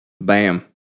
Bam